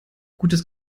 gutes